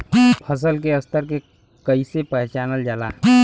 फसल के स्तर के कइसी पहचानल जाला